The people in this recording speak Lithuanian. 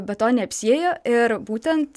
be to neapsiėjo ir būtent